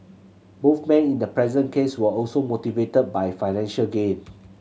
both man in the present case were also motivated by financial gain